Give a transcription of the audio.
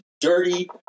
dirty